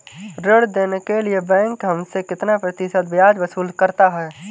ऋण देने के लिए बैंक हमसे कितना प्रतिशत ब्याज वसूल करता है?